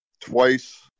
twice